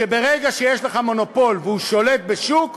שברגע שיש לך מונופול והוא שולט בשוק,